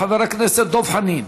חבר הכנסת דב חנין.